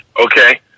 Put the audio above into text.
okay